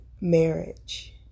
marriage